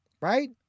Right